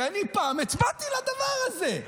כי אני פעם הצבעתי לדבר הזה.